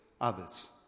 others